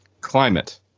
climate